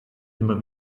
immer